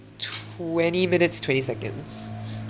twenty minutes twenty seconds